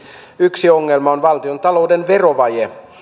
yksi ongelma on valtiontalouden verovaje